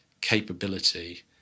capability